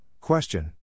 Question